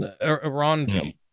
Iran